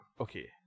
Okay